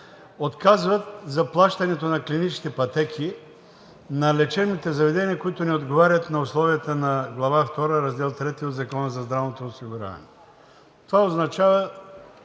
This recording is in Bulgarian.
отказват заплащането на клиничните пътеки на лечебните заведения, които не отговарят на условията на Глава втора, Раздел III от Закона за здравното осигуряване. Това означава,